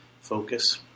focus